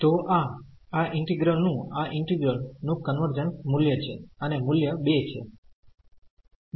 તો આ આ ઈન્ટિગ્રલનું આ ઈન્ટિગ્રલનું કન્વર્જન્સ મૂલ્ય છે અને મુલ્ય 2 છે